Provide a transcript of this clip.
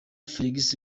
felix